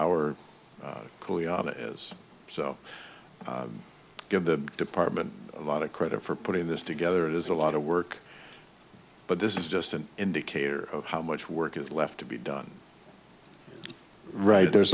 hour it is so give the department a lot of credit for putting this together it is a lot of work but this is just an indicator of how much work is left to be done right there's